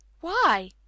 Why